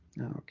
Okay